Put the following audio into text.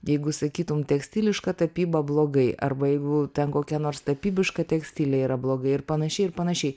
jeigu sakytum tekstilė tapyba blogai arba jeigu ten kokia nors tapybiška tekstilė yra blogai ir panašiai ir panašiai